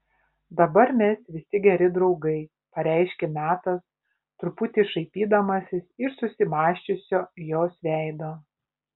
dabar mes visi geri draugai pareiškė metas truputį šaipydamasis iš susimąsčiusio jos veido